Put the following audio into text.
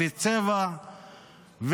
לפי צבע,